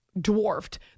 Dwarfed